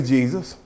Jesus